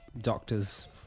doctors